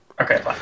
okay